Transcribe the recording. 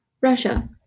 Russia